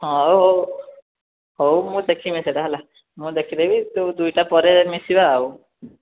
ହଉ ହଉ ହଉ ମୁଁ ଦେଖିବି ସେଇଟା ହେଲା ମୁଁ ଦେଖିଦେବି ତୁ ଦୁଇଟା ପରେ ମିଶିବା ଆଉ